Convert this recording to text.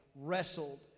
wrestled